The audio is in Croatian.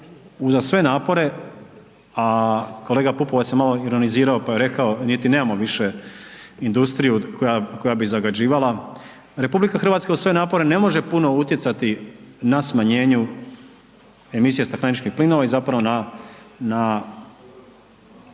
uza sve napore, a kolega Pupovac je malo ironizirao pa je rekao mi niti nemamo više industriju koja bi zagađivala, RH uz sve napore ne može puno utjecati na smanjenju emisija stakleničkih plinova i zapravo na